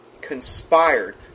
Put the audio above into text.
conspired